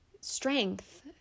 strength